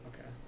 Okay